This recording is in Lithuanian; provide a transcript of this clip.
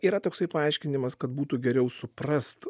yra toksai paaiškinimas kad būtų geriau suprast